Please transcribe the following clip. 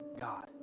God